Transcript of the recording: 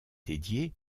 dédiée